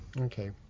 Okay